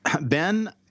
Ben